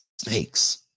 snakes